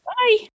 Bye